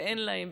ואין להם,